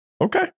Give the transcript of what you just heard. Okay